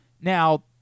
now